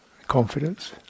confidence